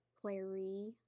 Clary